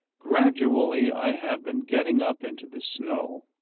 gradually i have been getting up into the snow,